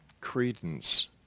credence